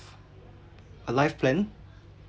a life plan